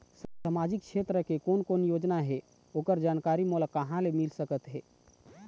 सामाजिक क्षेत्र के कोन कोन योजना हे ओकर जानकारी मोला कहा ले मिल सका थे?